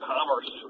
Commerce